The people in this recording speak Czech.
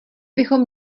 bychom